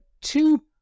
two